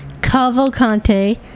Cavalcante